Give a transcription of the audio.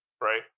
Right